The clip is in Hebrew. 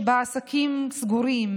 שבה עסקים סגורים,